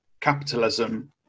capitalism